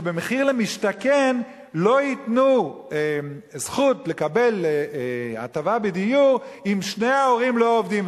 שבמחיר למשתכן לא ייתנו זכות לקבל הטבה בדיור אם שני ההורים לא עובדים.